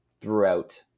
throughout